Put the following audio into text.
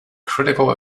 critical